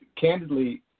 Candidly